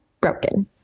broken